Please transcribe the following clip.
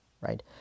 right